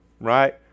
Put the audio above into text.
Right